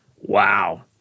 wow